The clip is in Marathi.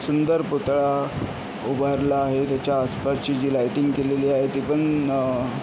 सुंदर पुतळा उभारला आहे त्याच्या आसपासची जी लायटींग केलेली आहे ती पण